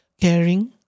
caring